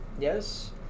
Yes